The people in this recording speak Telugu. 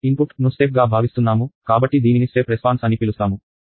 ఇన్పుట్ ను స్టెప్ గా భావిస్తున్నాము కాబట్టి దీనిని స్టెప్ రెస్పాన్స్అని పిలుస్తాము